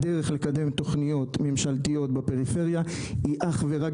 הדרך לקדם תוכניות ממשלתיות בפריפריה היא אך ורק